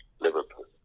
Liverpool